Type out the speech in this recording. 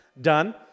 done